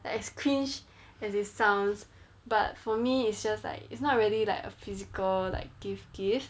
like as cringe as it sounds but for me it's just like it's not really like a physical like gift gift